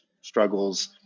struggles